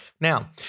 Now